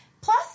Plus